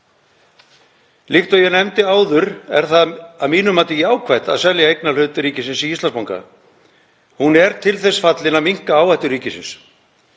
Líkt og ég nefndi áður er það að mínu mati jákvætt að selja eignarhlut ríkisins í Íslandsbanka. Salan er til þess fallin að minnka áhættu ríkisins.